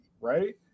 right